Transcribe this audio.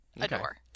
adore